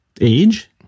age